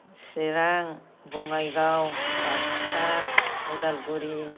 Chirang Bongaigaon Baksa Udalguri